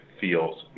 feels